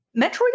Metroid